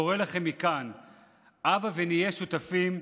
קורא לכם מכאן: הבה ונהיה שותפים,